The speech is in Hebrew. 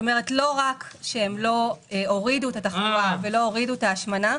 כלומר לא רק שהם לא הורידו את התחלואה ולא הורידו את ההשמנה,